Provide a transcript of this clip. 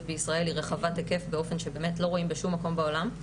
בישראל היא רחבת היקף באופן שבאמת לא רואים בשום מקום בעולם.